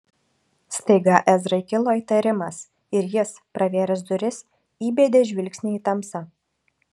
staiga ezrai kilo įtarimas ir jis pravėręs duris įbedė žvilgsnį į tamsą